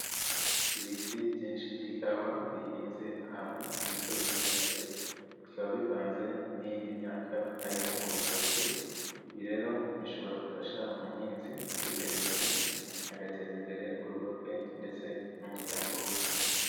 Ibiti byinshi by'ikawa bihinze ahantu mu misozi miremire bikaba bivanze n'iyindi myaka harimo urutoki, ibi rero bishobora gufasha umuhinzi kwiteza imbere agateza imbere urugo rwe ndetse n'umuryango we.